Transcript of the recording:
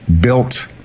built